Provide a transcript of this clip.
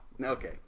Okay